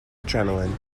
adrenaline